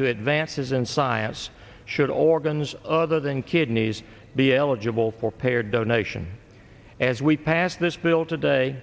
to advance in science should organs other than kidneys be eligible for payer donation as we pass this bill today